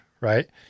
right